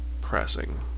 pressing